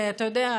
אתה יודע,